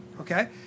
Okay